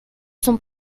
sont